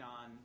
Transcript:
on